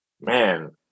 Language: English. man